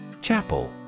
Chapel